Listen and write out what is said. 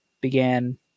began